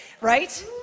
right